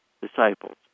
disciples